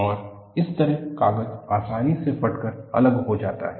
और इस तरह कागज आसानी से फटकर अलग हो जाता है